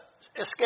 escape